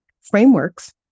Frameworks